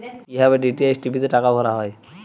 কি ভাবে DTH TV তে টাকা ভরা হয়?